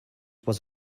was